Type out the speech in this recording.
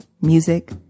music